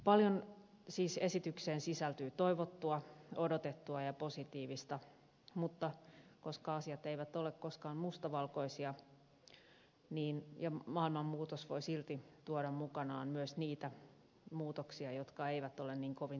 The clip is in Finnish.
paljon siis esitykseen sisältyy toivottua odotettua ja positiivista mutta asiat eivät ole koskaan mustavalkoisia ja maailman muutos voi silti tuoda mukanaan myös niitä muutoksia jotka eivät ole niin kovin toivottuja